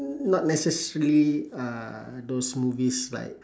not necessarily uh those movies about